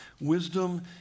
Wisdom